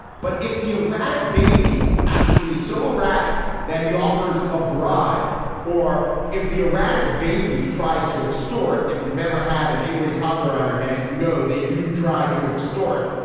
but if the erratic baby actually is so erratic that he offers a bribe or if the erratic baby tries to extort. and if you've ever had an angry toddler on your hand, you know, they do tried to extort.